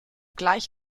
gleich